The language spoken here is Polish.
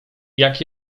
jak